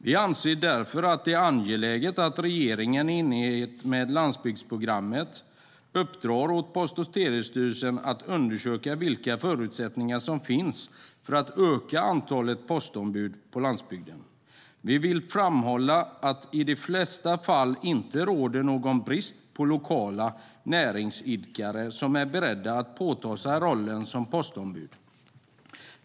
Vi anser därför att det är angeläget att regeringen, i enlighet med landsbygdsprogrammet, uppdrar åt Post och telestyrelsen att undersöka vilka förutsättningar som finns för att öka antalet postombud på landsbygden. Vi vill framhålla att det i de flesta fall inte råder någon brist på lokala näringsidkare som är beredda att ta på sig rollen som postombud.